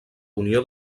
unió